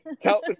Tell